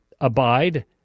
abide